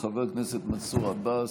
חבר הכנסת מנסור עבאס,